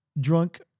drunk